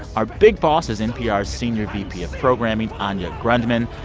our big boss is npr's senior vp of programming, anya grundmann.